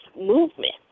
movement